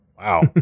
wow